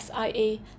SIA